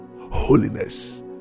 holiness